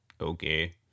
Okay